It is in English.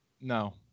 no